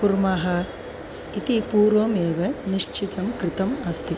कुर्मः इति पूर्वमेव निश्चितं कृतम् अस्ति